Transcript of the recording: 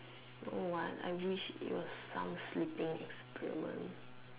you know what I wish it was some sleeping experiment